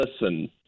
listen